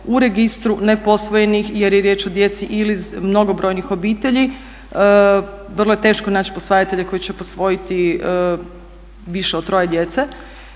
u registru neposvojenih jer je riječ o djeci iz mnogobrojnih obitelji. Vrlo je teško naći posvajatelje koji će posvojiti više do troje djece.